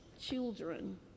children